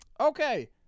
Okay